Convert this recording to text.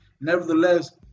Nevertheless